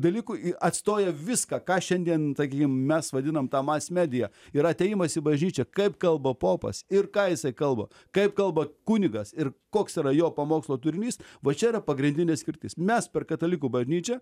dalykų i atstoja viską ką šiandien sakykim mes vadinam ta mass medija ir atėjimas į bažnyčią kaip kalba popas ir ką jisai kalba kaip kalba kunigas ir koks yra jo pamokslo turinys va čia yra pagrindinė skirtis mes per katalikų bažnyčią